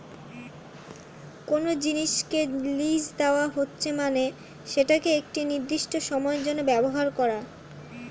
কোনো জিনিসকে লীজ দেওয়া হচ্ছে মানে সেটাকে একটি নির্দিষ্ট সময়ের জন্য ব্যবহার করা